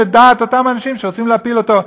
לדעת אותם אנשים שרוצים להפיל אותו.